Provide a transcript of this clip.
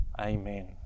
amen